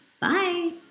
Bye